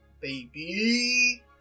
baby